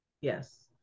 Yes